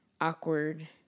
awkward